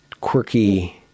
quirky